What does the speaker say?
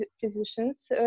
physicians